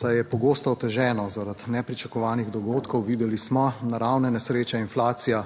saj je pogosto otežena zaradi nepričakovanih dogodkov. Videli smo naravne nesreče, inflacija